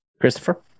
Christopher